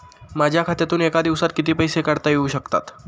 माझ्या खात्यातून एका दिवसात किती पैसे काढता येऊ शकतात?